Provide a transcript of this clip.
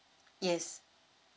yes